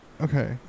Okay